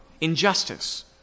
injustice